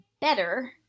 better